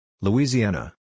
Louisiana